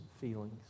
feelings